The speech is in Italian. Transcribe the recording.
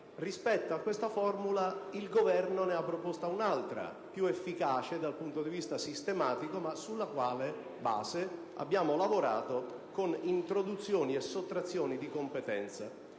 corte d'assise, il Governo ne ha proposta un'altra, più efficace dal punto di vista sistematico e sulla quale abbiamo lavorato con introduzioni e sottrazioni di competenza.